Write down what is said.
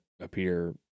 appear